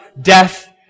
death